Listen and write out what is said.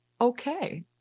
okay